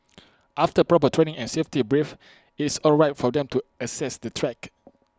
after proper training and safety brief IT is all right for them to access the track